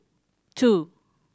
two